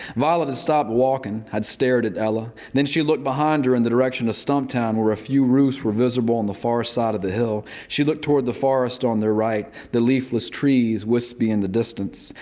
violet had stopped walking, had stared at ella. then she looked behind her in the direction of stumptown where a few roofs were visible on the far side of the hill. she looked toward the forest on their right, the leafless trees wispy in the distance.